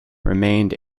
remained